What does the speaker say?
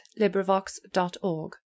Librivox.org